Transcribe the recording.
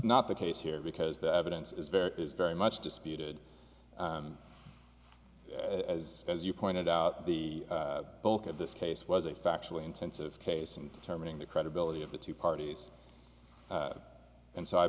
not the case here because the evidence is very is very much disputed as as you pointed out the bulk of this case was a factually intensive case and determining the credibility of the two parties and so i